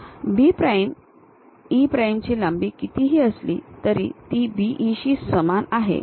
तर B prime E प्राइमची लांबी कितीही असली तरी ती B E शी समान आहे